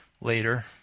later